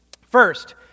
First